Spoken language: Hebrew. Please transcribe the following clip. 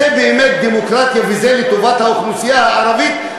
זה באמת דמוקרטיה וזה לטובת האוכלוסייה הערבית,